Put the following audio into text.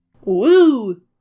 Woo